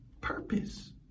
Purpose